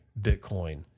Bitcoin